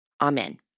Amen